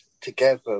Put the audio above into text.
together